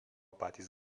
patys